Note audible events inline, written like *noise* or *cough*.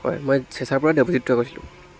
হয় মই চেচাৰপৰা দেৱজিৎ *unintelligible* কৈছিলোঁ